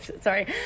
Sorry